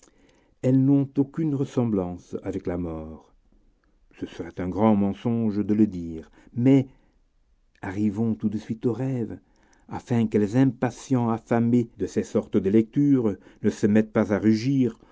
elles n'ont aucune ressemblance avec la mort ce serait un grand mensonge de le dire mais arrivons tout de suite au rêve afin que les impatients affamés de ces sortes de lectures ne se mettent pas à rugir